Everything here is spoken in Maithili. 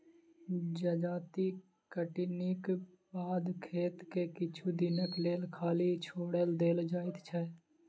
जजाति कटनीक बाद खेत के किछु दिनक लेल खाली छोएड़ देल जाइत छै